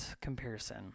comparison